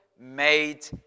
made